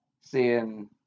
seeing